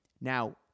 Now